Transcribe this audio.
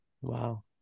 Wow